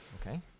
okay